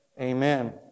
Amen